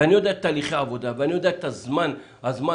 אני יודע תהליכי עבודה ואני יודע את הזמן ואז